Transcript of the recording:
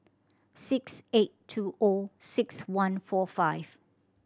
six eight two O six one four five